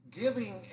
giving